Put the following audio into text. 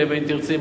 אם תרצי,